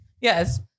Yes